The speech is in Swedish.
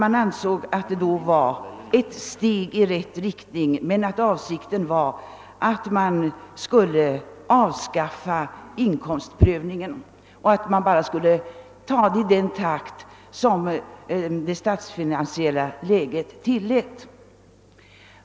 Det framhölls då att det var ett steg i rätt riktning och att avsikten var att avskaffa inkomst prövningen men att detta skulle ske i den takt det statsfinansiella läget tillläte.